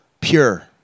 pure